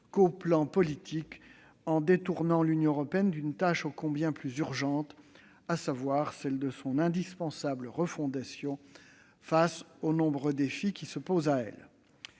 que politique, en détournant l'Union européenne d'une tâche ô combien plus urgente, celle de son indispensable refondation face aux nombreux défis qui se posent à elle.